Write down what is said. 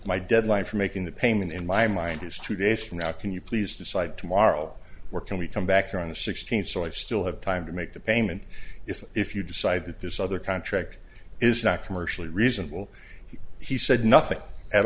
my deadline for making the payment in my mind is two days from now can you please decide tomorrow or can we come back on the sixteenth so i still have time to make the payment if if you decide that this other contract is not commercially reasonable he said nothing at